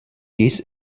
dies